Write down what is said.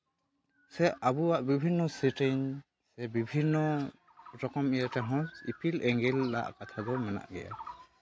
ᱥᱮ ᱟᱵᱚᱣᱟᱜ ᱵᱤᱵᱷᱤᱱᱱᱚ ᱥᱮᱨᱮᱧ ᱥᱮ ᱵᱤᱵᱷᱤᱱᱱᱚ ᱨᱚᱠᱚᱢ ᱤᱭᱟᱹ ᱨᱮᱦᱚᱸ ᱤᱯᱤᱞ ᱮᱸᱜᱮᱞ ᱟᱜ ᱠᱟᱛᱷᱟ ᱫᱚ ᱢᱮᱱᱟᱜ ᱜᱮᱭᱟ